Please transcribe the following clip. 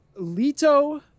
Lito